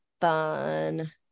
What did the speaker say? fun